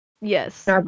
yes